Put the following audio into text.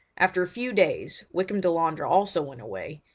after a few days wykham delandre also went away,